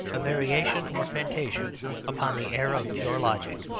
a variation or fantasia upon the air of pure logic.